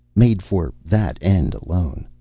made for that end alone.